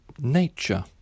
nature